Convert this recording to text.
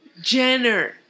Jenner